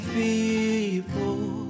people